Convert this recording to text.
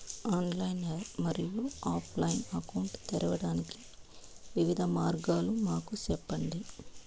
Online మరియు offline account తెరవడానికి వివిధ మార్గాలు మాకు సెప్పండి?